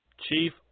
Chief